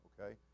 okay